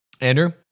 Andrew